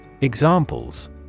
Examples